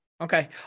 Okay